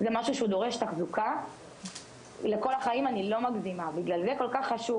זה משהו שהוא דורש תחזוקה לכל החיים אני לא מגזימה בגלל זה כל כך חשוב,